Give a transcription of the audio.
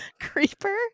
creeper